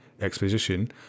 exposition